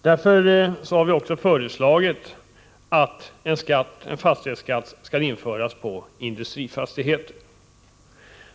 Därför har vi också föreslagit att en skatt skall införas även på industrifastigheter.